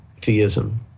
theism